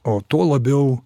o tuo labiau